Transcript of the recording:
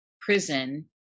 prison